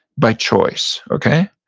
by choice? okay?